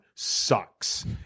Sucks